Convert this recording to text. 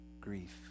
grief